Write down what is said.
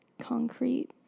concrete